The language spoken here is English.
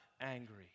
angry